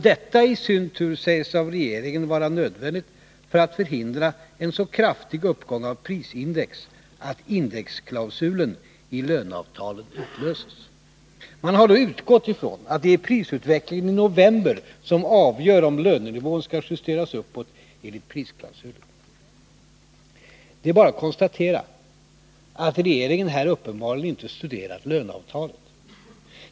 Detta sägs av regeringen vara nödvändigt för att förhindra en så kraftig uppgång av prisindex att indexklausulen i löneavtalen utlöses. Man har då utgått från att det är prisutvecklingen i november som avgör om lönenivån skall justeras uppåt enligt prisklausulen. Det är bara att konstatera att regeringen här uppenbarligen inte studerat löneavtalet.